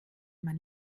man